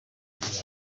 bagenzi